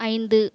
ஐந்து